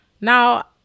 Now